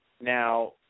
Now